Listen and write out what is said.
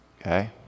okay